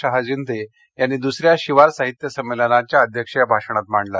शहाजिंदे यांनी दुसऱ्या शिवार साहित्य संमेलनाच्या अध्यक्षीय भाषणात मांडल